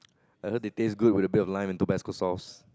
I heard they taste good with a bit of lime and tabasco sauce